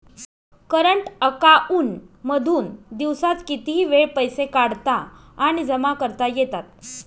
current account मधून दिवसात कितीही वेळ पैसे काढता आणि जमा करता येतात